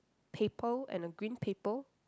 paper and a green paper